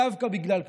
דווקא בגלל קדושתו.